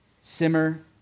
Simmer